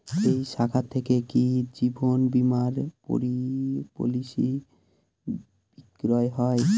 এই শাখা থেকে কি জীবন বীমার পলিসি বিক্রয় হয়?